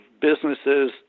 businesses